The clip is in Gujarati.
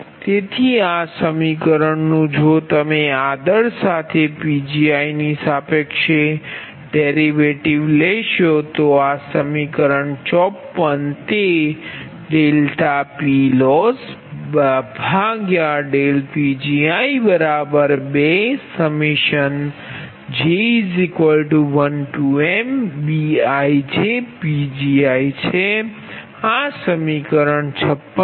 તેથી આ સમીકરણ નુ જો તમે આદર સાથે Pgi ની સાપેક્ષે ડેરિવેટિવ લેશો તો આ સમીકરણ સમીકરણ 54 તેPLossPgi2j1mBijPgj છે આ સમીકરણ 56 છે